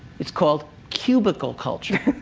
it's called cubicle culture.